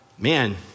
Man